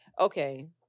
okay